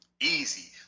easy